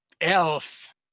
elf